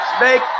Make